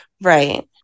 Right